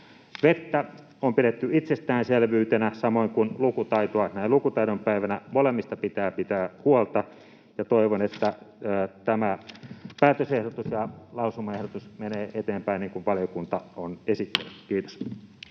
Vettä on pidetty itsestäänselvyytenä, samoin kuin lukutaitoa. Näin lukutaidon päivänä molemmista pitää pitää huolta. Toivon, että tämä päätösehdotus ja lausumaehdotus menevät eteenpäin niin kuin valiokunta on esittänyt. — Kiitos.